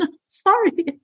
Sorry